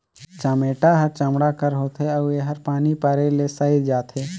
चमेटा हर चमड़ा कर होथे अउ एहर पानी परे ले सइर जाथे